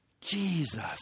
Jesus